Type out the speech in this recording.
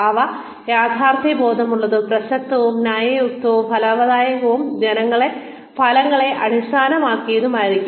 അവ യാഥാർത്ഥ്യബോധമുള്ളതും പ്രസക്തവും ന്യായയുക്തവും പ്രതിഫലദായകവും ഫലങ്ങളെ അടിസ്ഥാനമാക്കിയുള്ളതുമായിരിക്കണം